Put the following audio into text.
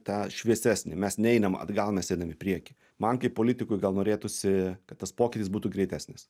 tą šviesesnį mes neinam atgal mes einam į priekį man kaip politikui gal norėtųsi kad tas pokytis būtų greitesnis